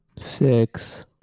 Six